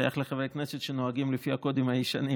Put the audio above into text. שייך לחברי הכנסת שנוהגים לפי הקודים הישנים,